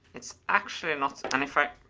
it's actually not an effect,